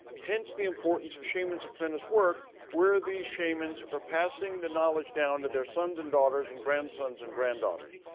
hence the importance of shaman's apprentice work where the shamans are passing the knowledge down to their sons and daughters and grandsons and granddaughters.